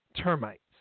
termites